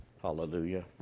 Hallelujah